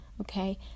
Okay